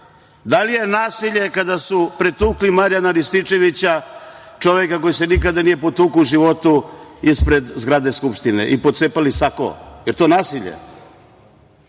Da li je nasilje kada su pretukli Marijana Rističevića, čoveka koji se nikada nije potukao u životu, ispred zgrade Skupštine i pocepali sako? Da li je